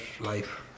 life